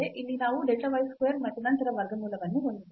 ಇಲ್ಲಿ ನಾವು delta y square ಮತ್ತು ನಂತರ ವರ್ಗಮೂಲವನ್ನು ಹೊಂದಿದ್ದೇವೆ